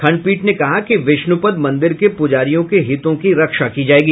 खंडपीठ ने कहा कि विष्णुपद मंदिर के पुजारियों के हितों की रक्षा की जायेगी